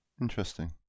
Interesting